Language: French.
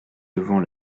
devant